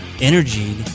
energy